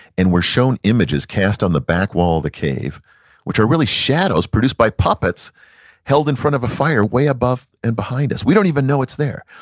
and we're shown images cast on the back wall of the cave which are really shadows produced by puppets held in front of a fire way above and behind us. we don't even know it's there.